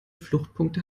fluchtpunkte